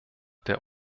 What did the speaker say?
der